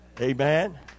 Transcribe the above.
Amen